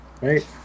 right